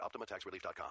OptimaTaxRelief.com